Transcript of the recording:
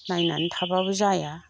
नायनानै थाबाबो जाया